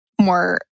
more